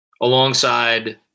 alongside